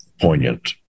poignant